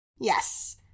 Yes